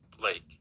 Blake